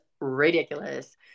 ridiculous